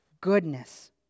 goodness